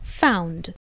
found